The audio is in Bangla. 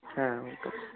হ্যাঁ আমি একটু